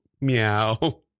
meow